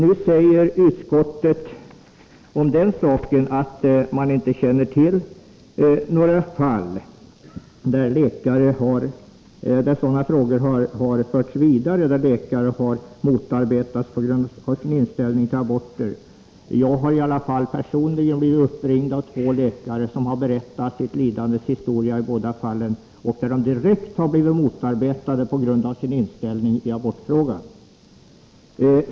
Utskottet säger om den saken att man inte känner till några fall där sådana frågor har förts vidare och läkare har motarbetats på grund av sin inställning till aborter. Jag har ändå personligen blivit uppringd av två läkare som har berättat sitt lidandes historia. De har båda direkt blivit motarbetade på grund av sin inställning i abortfrågan.